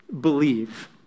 believe